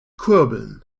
kurbeln